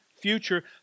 future